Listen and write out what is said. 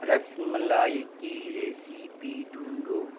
رس ملائی کی ریسیپی ڈھونڈو